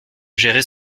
gérer